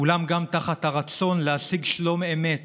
אולם גם תחת הרצון להשיג שלום אמת